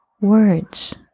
words